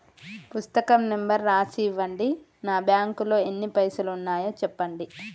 పుస్తకం నెంబరు రాసి ఇవ్వండి? నా బ్యాంకు లో ఎన్ని పైసలు ఉన్నాయో చెప్పండి?